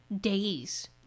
Days